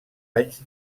anys